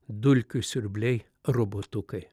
dulkių siurbliai robotukai